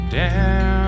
down